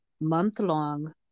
month-long